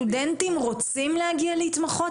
אז סטודנטים רוצים להגיע להתמחות,